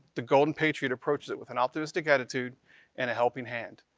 the golden patriot approaches it with an optimistic attitude and a helping hand.